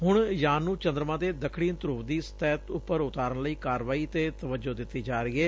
ਹੁਣ ਯਾਨ ਨੂੰ ਚੰਦਰਮਾ ਦੇ ਦੱਖਣੀ ਧਰੁਵ ਦੀ ਸਤਿਹ ਉਪਰ ਉਤਾਰਨ ਲਈ ਕਾਰਵਾਈ ਤੇ ਤਵੱਜੋ ਦਿਤੀ ਜਾ ਰਹੀ ਏ